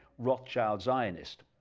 rothschild zionist.